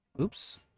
Oops